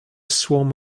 swarm